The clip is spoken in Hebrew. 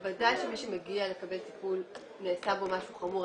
בוודאי שמי שמגיע לקבל טיפול נעשה בו משהו חמור,